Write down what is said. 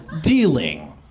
Dealing